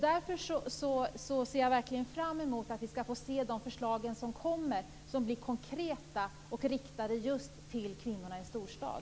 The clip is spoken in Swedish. Därför ser jag verkligen fram emot att de förslag som kommer blir konkreta och att de riktas just till kvinnor i storstad.